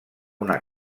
una